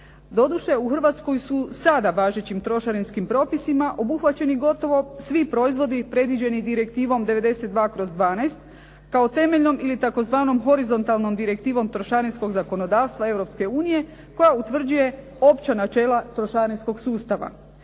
Doduše, u Hrvatskoj su sada važećim trošarinskim propisima obuhvaćeni gotovo svi proizvodi predviđeni Direktivom 92/12 kao temeljnom ili tzv. horizontalnom direktivom trošarinskog zakonodavstva Europske unije koja utvrđuje opća načela trošarinskog sustava.